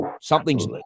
something's